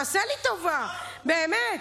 תעשה לי טובה, באמת.